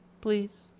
Please